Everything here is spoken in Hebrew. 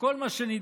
וכל מה שנדרש,